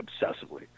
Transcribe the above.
obsessively